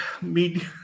media